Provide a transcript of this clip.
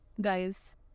guys